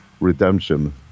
redemption